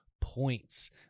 points